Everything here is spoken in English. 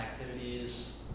activities